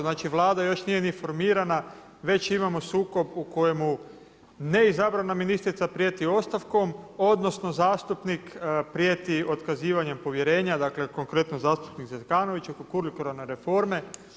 Znači vlada još nije ni formirana već imamo sukob u kojemu ne izabrana ministrica prijeti ostavkom odnosno zastupnik prijeti otkazivanjem povjerenja dakle konkretno zastupnik Zekanović oko kurikuralne reforme.